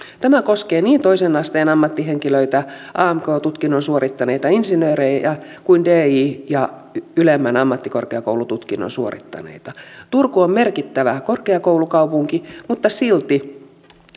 tämä koskee niin toisen asteen ammattihenkilöitä amk tutkinnon suorittaneita insinöörejä kuin di ja ylemmän ammattikorkeakoulututkinnon suorittaneitakin turku on merkittävä korkeakoulukaupunki mutta silti